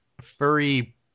furry